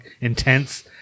intense